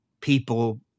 people